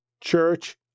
church